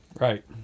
Right